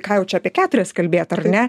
ką jau čia apie keturias kalbėt ar ne